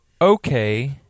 okay